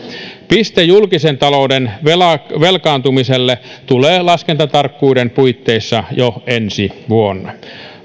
piste julkisen talouden velkaantumiselle tulee laskentatarkkuuden puitteissa jo ensi vuonna